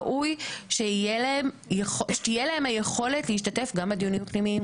ראוי שתהיה להם היכולת להשתתף גם בדיונים הפנימיים,